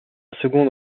seconde